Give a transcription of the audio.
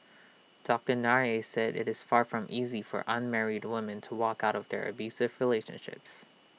doctor Nair said IT is far from easy for unmarried women to walk out of their abusive relationships